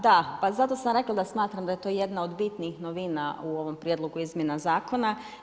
Da, pa zato sam rekla da smatram da je to jedna od bitnijih novina u ovom Prijedlogu izmjena zakona.